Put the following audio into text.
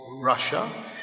Russia